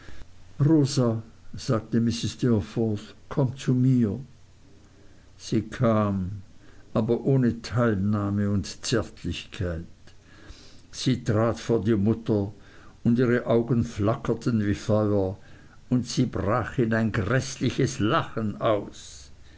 rosa sagte mrs steerforth komm zu mir sie kam aber ohne teilnahme und zärtlichkeit sie trat vor die mutter und ihre augen flackerten wie feuer und sie brach in ein gräßliches lachen aus